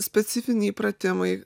specifiniai pratimai